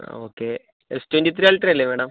okay S twenty three അൾട്രയല്ലേ madam